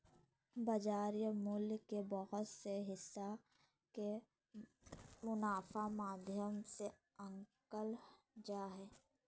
बाजार मूल्य के बहुत से हिसाब के मुनाफा माध्यम से आंकल जा हय